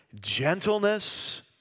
gentleness